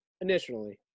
initially